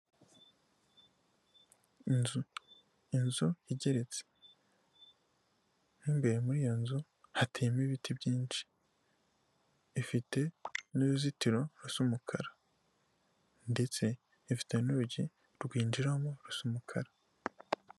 Inzu igeretse imbere muri iyo nzu hamo ibiti byinshi, ifite n'uruzitiro rusa umukara ndetse ifiteta n'urugi rwinjiramo rusa umukara.